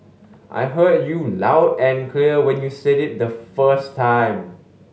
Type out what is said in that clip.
I heard you loud and clear when you said it the first time